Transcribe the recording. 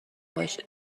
باشی